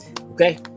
Okay